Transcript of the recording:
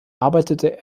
arbeitete